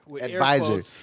Advisor